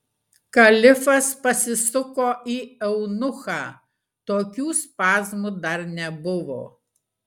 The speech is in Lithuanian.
kalifas pasisuko į eunuchą tokių spazmų dar nebuvo